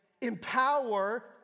empower